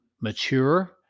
mature